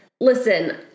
Listen